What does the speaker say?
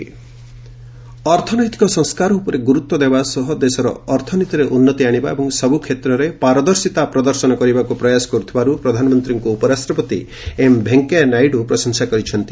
Naidu PM ଅର୍ଥନୈତିକ ସଂସ୍କାର ଉପରେ ଗୁରୁତ୍ୱ ଦେବା ସହ ଦେଶର ଅର୍ଥନୀତିରେ ଉନ୍ନତି ଆଣିବା ଏବଂ ସବୁକ୍ଷେତ୍ରରେ ପାରଦର୍ଶିତା ପ୍ରଦର୍ଶନ କରିବାକୁ ପ୍ରୟାସ କରୁଥିବାରୁ ପ୍ରଧାନମନ୍ତ୍ରୀଙ୍କୁ ଉପରାଷ୍ଟ୍ରପତି ଏମ୍ ଭେଙ୍କେୟାନାଇଡୁ ପ୍ରଶଂସା କରିଛନ୍ତି